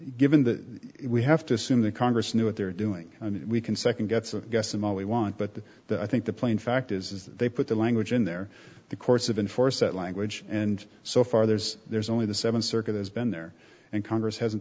given that we have to assume that congress knew what they're doing and we can second guess a guess and all we want but that i think the plain fact is is that they put the language in there the course of in force that language and so far there's there's only the seventh circuit has been there and congress hasn't